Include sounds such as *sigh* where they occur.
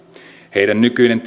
heidän nykyinen *unintelligible*